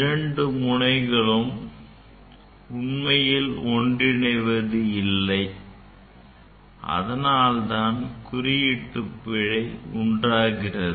இரண்டு முனைகளும் உண்மையில் ஒன்றிணைவது இல்லை அதனால்தான் குறியீட்டு பிழை உண்டாகிறது